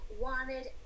wanted